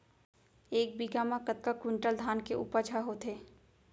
एक बीघा म कतका क्विंटल धान के उपज ह होथे?